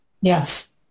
yes